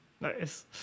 Nice